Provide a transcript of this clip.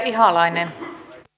arvoisa puhemies